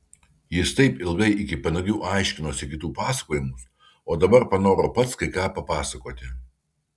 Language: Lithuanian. jis taip ilgai iki panagių aiškinosi kitų pasakojimus o dabar panoro pats kai ką papasakoti